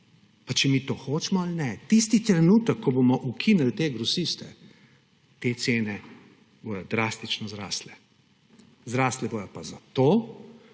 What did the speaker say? če mi to hočemo ali ne. Tisti trenutek, ko bomo ukinili te grosiste, bodo te cene drastično zrasle. Zrasle bodo pa zato,